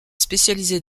spécialisé